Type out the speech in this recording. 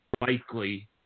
likely